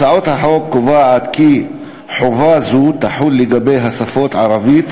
הצעת החוק קובעת כי חובה זו תחול לגבי השפות ערבית,